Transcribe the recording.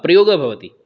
प्रयोगः भवति